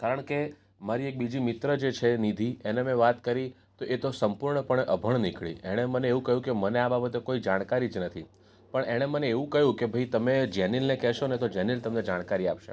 કારણ કે મારી એક બીજી મિત્ર જે છે નિધિ એને મેં વાત કરી તો એ તો સંપૂર્ણપણે અભણ નીકળી એણે મને એવું કહ્યું કે મને આ બાબતે કોઈ જાણકારી જ નથી પણ એણે મને એવું કહ્યું કે તમે જેનિલને કહેશો ને તો જેનિલ તમને જાણકારી આપશે